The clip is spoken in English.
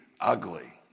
ugly